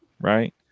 right